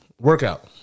Workout